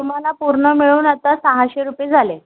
तुम्हाला पूर्ण मिळून आता सहाशे रुपये झाले